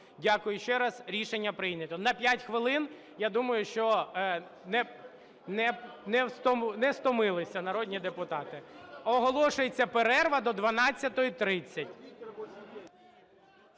Дякую ще раз. Рішення прийнято. На 5 хвилин, я думаю, що не стомилися народні депутати. Оголошується перерва до 12:30.